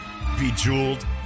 Bejeweled